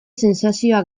sentsazioa